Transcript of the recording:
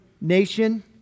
nation